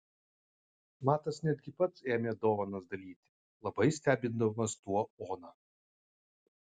matas netgi pats ėmė dovanas dalyti labai stebindamas tuo oną